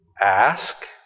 Ask